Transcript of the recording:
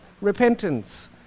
repentance